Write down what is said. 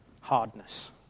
hardness